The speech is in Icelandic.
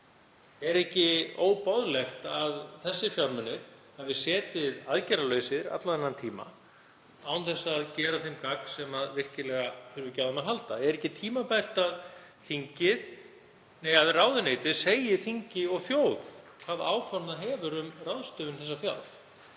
Er ekki óboðlegt að þessir fjármunir hafi setið aðgerðalausir allan þennan tíma án þess að gera þeim gagn sem virkilega þurfa á þeim að halda? Er ekki tímabært að ráðuneytið segi þingi og þjóð hvaða áform það hefur um ráðstöfun þessa fjár?